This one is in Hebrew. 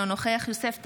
אינו נוכח יוסף טייב,